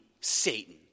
Satan